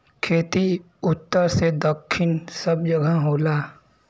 खेती उत्तर से दक्खिन सब जगह होला